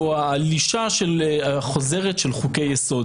או הלישה החוזרת של חוקי יסוד.